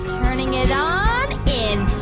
turning it on in